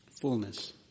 Fullness